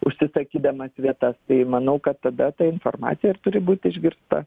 užsisakydamas vietas tai manau kad tada ta informacija ir turi būt išgirsta